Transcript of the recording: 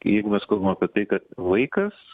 jeigu mes kalbam apie tai kad vaikas